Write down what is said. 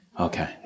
Okay